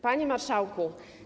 Panie Marszałku!